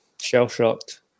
shell-shocked